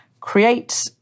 create